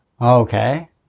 Okay